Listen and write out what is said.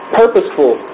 purposeful